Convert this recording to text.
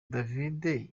david